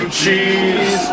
cheese